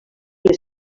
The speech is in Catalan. les